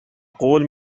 قول